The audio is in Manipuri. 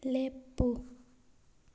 ꯂꯦꯞꯄꯨ